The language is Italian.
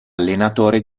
allenatore